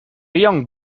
young